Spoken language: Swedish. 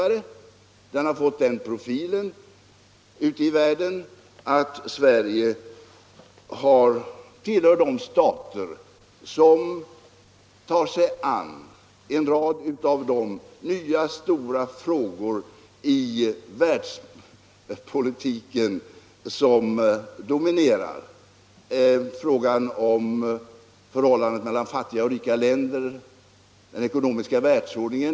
Vi har alltmer skapat oss en egen profil, och Sverige har blivit bekant för att tillhöra de stater som engagerat sig i de nya stora frågor som dominerar världspolitiken. Jag vill här nämna förhållandet mellan fattiga och rika länder och frågan om den ekonomiska världsordningen.